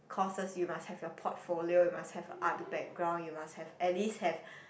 courses you must have your portfolio you must have other background you must have at least have